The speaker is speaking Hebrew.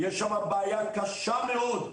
יש שמה בעיה קשה מאוד,